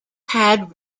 had